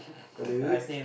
really